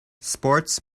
sports